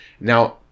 now